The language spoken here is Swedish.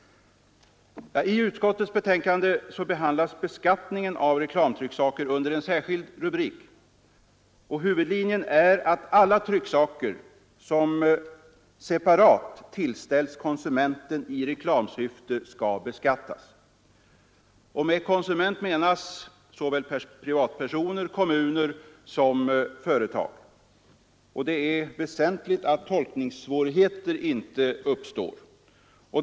I utskottets betänkande behandlas beskattningen av reklamtrycksaker under en särskild rubrik. Huvudlinjen är att alla trycksaker som separat tillställs konsumenten i reklamsyfte skall beskattas. Med konsument menas såväl privatpersoner som kommuner och företag. Det är väsentligt att tolkningssvårigheter inte uppstår.